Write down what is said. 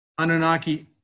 Anunnaki